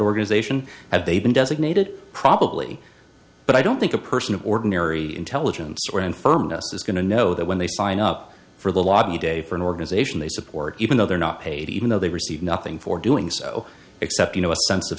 organization had they been designated probably but i don't think a person of ordinary intelligence or informed us is going to know that when they sign up for the lobby day for an organization they support even though they're not paid even though they receive nothing for doing so except you know a sense of